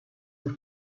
our